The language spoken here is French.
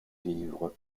vivre